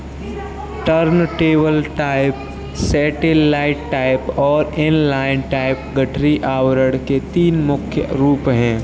turntable type, satellite type और inline type गठरी आवरण के तीन मुख्य रूप है